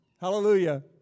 Hallelujah